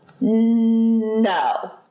No